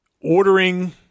ordering